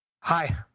Hi